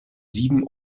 sieben